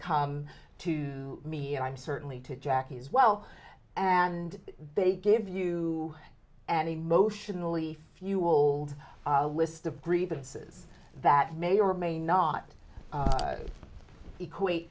come to me and i'm certainly to jackie as well and they give you an emotionally fueled a list of grievances that may or may not